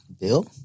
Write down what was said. Bill